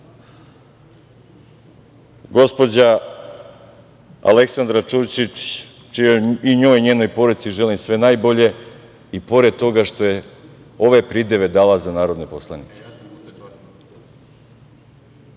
Aleksandra Ćurčić, i njoj i njenoj porodici želim sve najbolje i pored toga što je ove prideve dala za narodne poslanike. Postoji